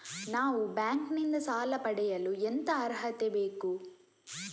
ನಾವು ಬ್ಯಾಂಕ್ ನಿಂದ ಸಾಲ ಪಡೆಯಲು ಎಂತ ಅರ್ಹತೆ ಬೇಕು?